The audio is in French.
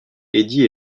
eddie